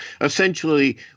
Essentially